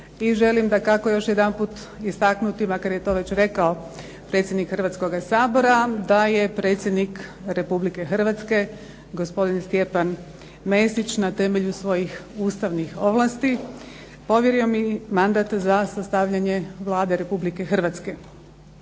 i želim dakako još jedanput istaknuti makar je to već rekao predsjednik Hrvatskoga sabora, da je predsjednik Republike Hrvatske gospodin Stjepan Mesić na temelju svojih ustavnih ovlasti, povjerio mi mandat za sastavljanje Vlade Republike Hrvatske.